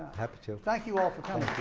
happy to. thank you all for coming.